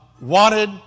wanted